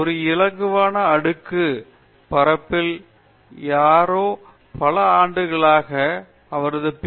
ஒரு இலகுவான அடுக்கு பரப்பில் யாரோ பல ஆண்டுகளாக அவரது பி